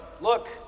Look